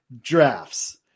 drafts